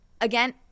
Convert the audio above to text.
again